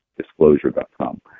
disclosure.com